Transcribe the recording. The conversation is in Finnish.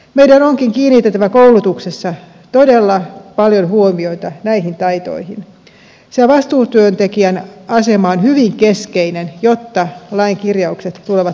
meidän onkin kiinnitettävä koulutuksessa todella paljon huomiota näihin taitoihin sillä vastuutyöntekijän asema on hyvin keskeinen jotta lain kirjaukset tulevat toteutumaan